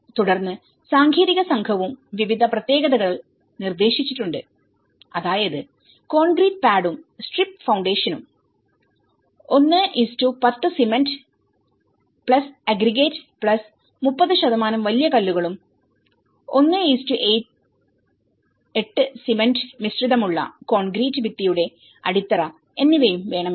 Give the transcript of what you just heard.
തുടർന്ന് സാങ്കേതിക സംഘവും വിവിധ പ്രത്യേകതകൾ നിർദ്ദേശിച്ചിട്ടുണ്ട് അതായത് കോൺക്രീറ്റ് പാഡുംസ്ട്രിപ്പ് ഫൌണ്ടേഷനും110 സിമൻറ്അഗ്രിഗേറ്റ്30 വലിയ കല്ലുകളും 18 സിമന്റ് മിശ്രിതമുള്ള കോൺക്രീറ്റ് ഭിത്തിയുടെ അടിത്തറ എന്നിവയും വേണമെന്ന്